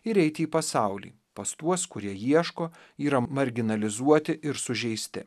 ir eiti į pasaulį pas tuos kurie ieško yra marginalizuoti ir sužeisti